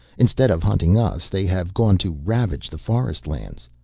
instead of hunting us they have gone to ravage the forest lands.